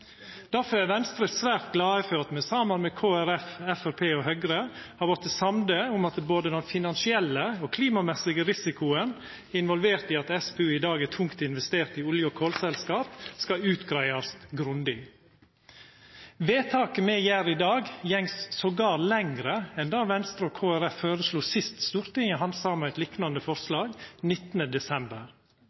Derfor er Venstre svært glad for at me, Kristeleg Folkeparti, Framstegspartiet og Høgre har vorte samde om at både den finansielle og den klimamessige risikoen involvert i at SPU i dag er tungt investert i olje- og kolselskap, skal utgreiast grundig. Vedtaket me gjer i dag, går til og med lenger enn det Venstre og Kristeleg Folkeparti føreslo sist Stortinget handsama eit liknande forslag, 19. desember.